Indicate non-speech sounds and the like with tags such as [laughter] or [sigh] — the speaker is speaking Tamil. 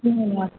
[unintelligible]